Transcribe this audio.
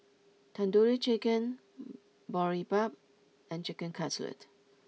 Tandoori Chicken Boribap and Chicken Cutlet